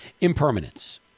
impermanence